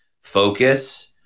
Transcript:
focus